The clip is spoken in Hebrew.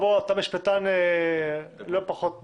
אתה משפטן לא פחות מהם.